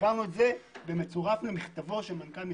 העברנו את זה במצורף למכתבו של מנכ"ל המשרד.